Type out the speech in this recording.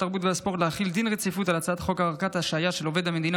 התרבות והספורט להחיל דין רציפות על הצעת החוק הארכת השעיה של עובד המדינה